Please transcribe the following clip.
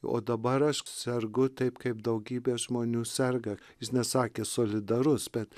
o dabar aš sergu taip kaip daugybė žmonių serga jis nesakė solidarus bet